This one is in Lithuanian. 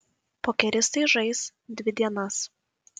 pokeristai žais dvi dienas